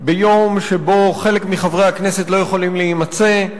ביום שבו חלק מחברי הכנסת לא יכולים להימצא.